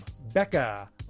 Becca